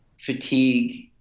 fatigue